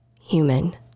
human